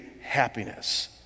happiness